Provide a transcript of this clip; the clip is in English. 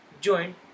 joint